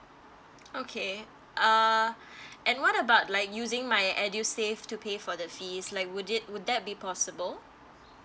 okay uh and what about like using my edusave to pay for the fees like would it would that be possible